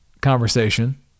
conversation